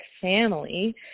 family